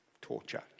torture